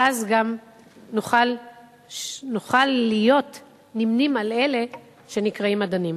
ואז גם נוכל להיות נמנים עם אלה שנקראים מדענים.